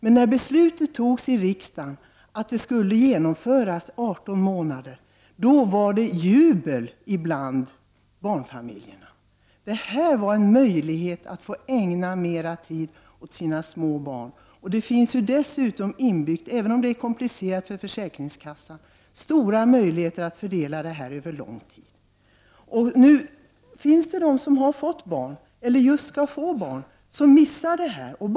Men när riksdagen beslutade att föräldraförsäkringen skulle förlängas till 18 månader, blev det jubel bland barnfamiljerna. Man skulle nu få möjlighet att ägna mer tid åt sina små barn. Dessutom gavs det stora möjligheter, även om det skulle vara komplicerat för försäkringskassorna, att fördela ledigheten över lång tid. De som just fått barn eller snart skall få barn går miste om denna förmån.